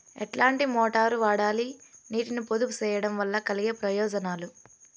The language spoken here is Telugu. ఎట్లాంటి మోటారు వాడాలి, నీటిని పొదుపు సేయడం వల్ల కలిగే ప్రయోజనాలు?